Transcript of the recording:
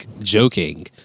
joking